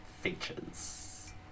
features